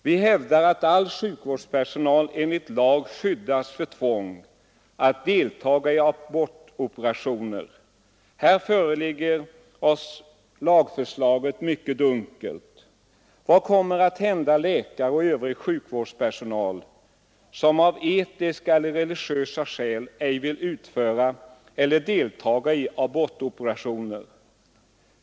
Vi hävdar att all sjukvårdspersonal enligt lag skyddas för tvång att deltaga i abortoperationer. Här förefaller oss lagförslaget mycket dunkelt. Vad kommer att hända läkare och övrig sjukvårdspersonal som av etiska eller religiösa skäl ej vill utföra eller deltaga i abortoperationer?